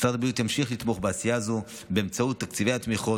משרד הבריאות ימשיך לתמוך בעשייה זו באמצעות תקציבי התמיכות,